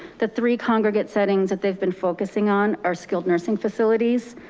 the three congregate settings that they've been focusing on, our skilled nursing facilities,